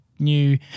new